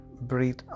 breathe